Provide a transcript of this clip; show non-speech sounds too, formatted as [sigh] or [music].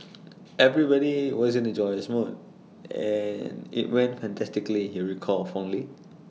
[noise] everybody was in A joyous mood and IT went fantastically he recalled fondly